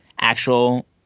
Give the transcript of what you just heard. actual